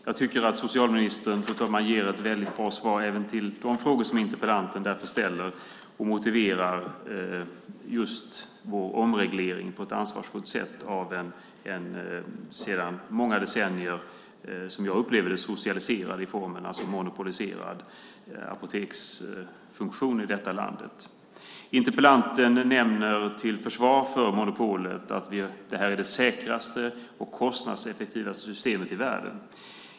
Jag tycker att socialministern, fru ålderspresident, ger ett väldigt bra svar på de frågor som interpellanten därför ställer och på ett ansvarsfullt sätt motiverar vår omreglering av en sedan många decennier monopoliserad apoteksfunktion i detta land. Interpellanten nämner till försvar för monopolet att det är det säkraste och mest kostnadseffektiva systemet i världen.